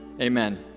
Amen